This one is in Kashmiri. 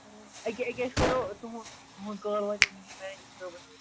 ییٚکیٛاہ ییٚکیٛاہ أسۍ کَرو تُہُنٛد تُہٕنٛد کال واتیو وٕنی مٮ۪نیجَر صٲبَس